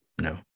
No